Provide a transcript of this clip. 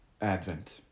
Advent